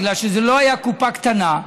בגלל שזו לא היה קופה קטנה,